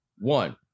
One